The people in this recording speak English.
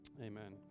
Amen